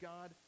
God